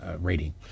rating